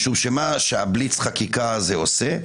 משום שבליץ החקיקה הזה עושה,